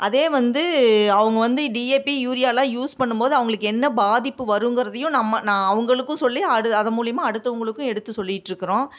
அதே வந்து அவுங்க வந்து டி எ பி யூரியாலாம் யூஸ் பண்ணும்போது அவங்களுக்கு எந்த பாதிப்பு வருங்கிறதையும் நம்ம அவங்களுக்கும் சொல்லி அது மூலியமாக அடுத்தவங்களுக்கும் எடுத்து சொல்லிட்ருக்கிறோம்